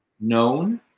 known